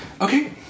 Okay